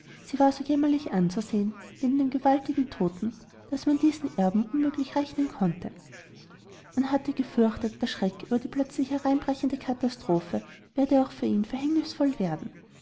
sie war so jämmerlich anzusehen neben dem gewaltigen toten daß man mit diesem erben unmöglich rechnen konnte man hatte gefürchtet der schreck über die plötzlich hereinbrechende katastrophe werde auch für ihn verhängnisvoll werden